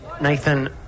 Nathan